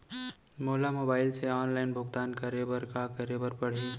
मोला मोबाइल से ऑनलाइन भुगतान करे बर का करे बर पड़ही?